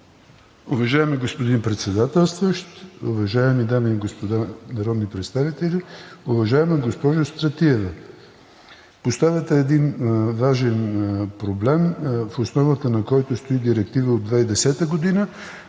Уважаеми господин Председател, уважаеми дами и господа народни представители! Уважаема госпожо Стратиева, поставяте важен проблем, в основата на който стои Директива от 2010 г.